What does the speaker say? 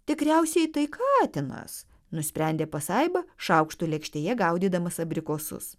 tikriausiai tai katinas nusprendė pasaiba šaukštu lėkštėje gaudydamas abrikosus